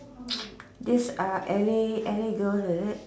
this uh L A L A girl is it